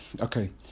okay